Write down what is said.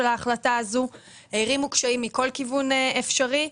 ההחלטה הזו; הערימו קשיים מכל כיוון אפשרי,